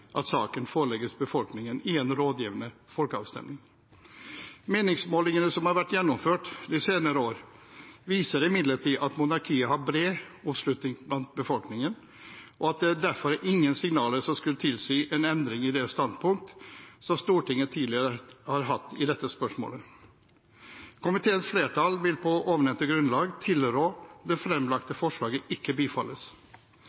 at saken forelegges befolkningen i en rådgivende folkeavstemning. Meningsmålingene som har vært gjennomført de senere år, viser imidlertid at monarkiet har bred oppslutning i befolkningen, og det er derfor ingen signaler som skulle tilsi en endring i det standpunkt som Stortinget tidligere har hatt i dette spørsmålet. Komiteens flertall vil på ovennevnte grunnlag tilrå at det